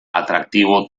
atractivo